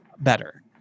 better